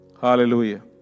Hallelujah